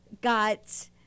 got